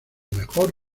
mejor